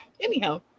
Anyhow